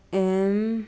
M